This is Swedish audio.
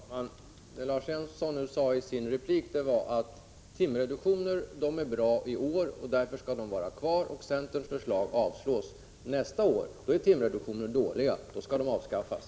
Herr talman! Lars Svensson sade i sin replik att timreduktioner är bra i år. Därför skall de vara kvar, och centerns förslag avslås. Nästa år är timreduktioner dåliga. Då skall de avskaffas.